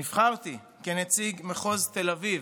נבחרתי כנציג מחוז תל אביב,